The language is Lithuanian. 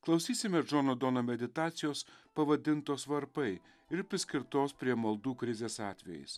klausysimės džono dono meditacijos pavadintos varpai ir priskirtos prie maldų krizės atvejais